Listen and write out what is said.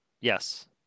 Yes